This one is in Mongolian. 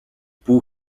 бүү